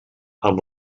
amb